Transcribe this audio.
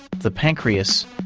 the pancreas,